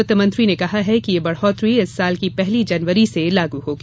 वित्त मंत्री ने कहा कि यह बढोतरी इस साल की पहली जनवरी से लाग होंगी